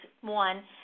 one